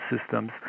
systems